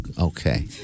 okay